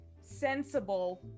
sensible